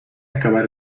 acabar